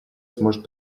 сможет